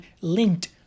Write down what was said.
linked